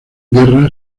guerra